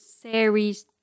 series